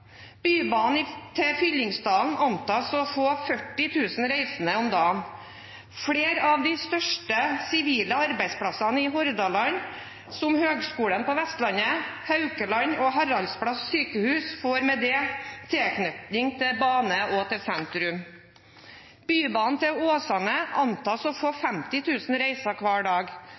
til Fyllingsdalen antas å få 40 000 reisende om dagen. Flere av de største sivile arbeidsplassene i Hordaland, som Høgskulen på Vestlandet, Haukeland universitetssykehus og Haraldsplass Diakonale sykehus, får med det tilknytning med bane og til sentrum. Bybanen til Åsane antas å få 50 000 reisende hver dag.